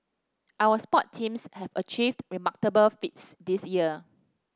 our sports teams have achieved remarkable feats this year